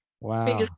Wow